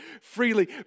freely